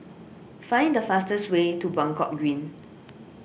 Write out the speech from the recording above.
find the fastest way to Buangkok Green